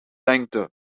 lengte